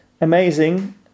Amazing